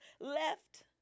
left